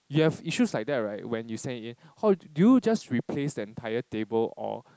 you have issues like that right when you send in how do you just replace the entire table or